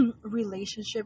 relationship